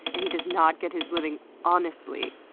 and he does not get his living honestly.